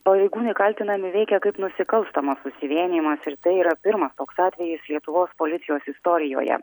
pareigūnai kaltinami veikę kaip nusikalstamas susivienijimas ir tai yra pirmas toks atvejis lietuvos policijos istorijoje